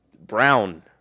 Brown